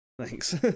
thanks